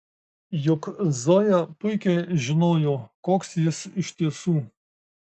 juk zoja puikiai žinojo koks jis iš tiesų